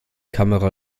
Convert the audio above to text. kamera